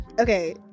Okay